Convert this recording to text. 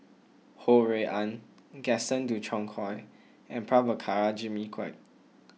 Ho Rui An Gaston Dutronquoy and Prabhakara Jimmy Quek